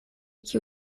kiu